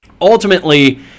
ultimately